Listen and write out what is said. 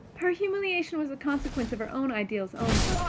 her humiliation was the consequence of her own ideals only,